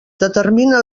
determina